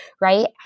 right